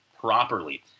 properly